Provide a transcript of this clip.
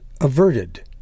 averted